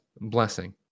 blessing